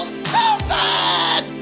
stupid